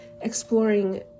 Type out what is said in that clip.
exploring